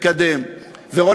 מקדמת.